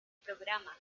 programa